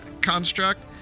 construct